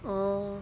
orh